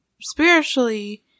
spiritually